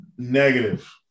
negative